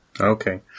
Okay